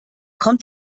kommt